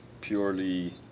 purely